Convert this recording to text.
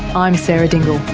i'm sarah dingle